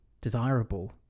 desirable